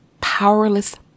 powerless